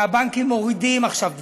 מהבנקים מורידים עכשיו דברים.